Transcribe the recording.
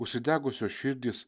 užsidegusios širdys